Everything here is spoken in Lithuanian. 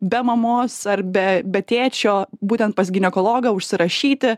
be mamos ar be be tėčio būtent pas ginekologą užsirašyti